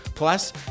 Plus